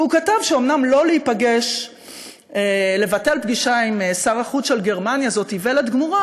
והוא כתב שאומנם לבטל פגישה עם שר החוץ של גרמניה זאת איוולת גמורה,